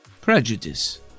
prejudice